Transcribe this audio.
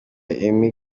emmy